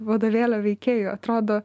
vadovėlio veikėjų atrodo